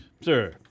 sir